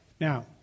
Now